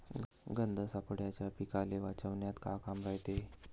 गंध सापळ्याचं पीकाले वाचवन्यात का काम रायते?